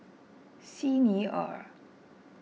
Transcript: Xi Ni Er